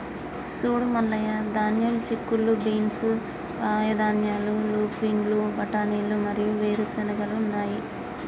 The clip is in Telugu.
సూడు మల్లయ్య ధాన్యం, చిక్కుళ్ళు బీన్స్, కాయధాన్యాలు, లూపిన్లు, బఠానీలు మరియు వేరు చెనిగెలు ఉన్నాయి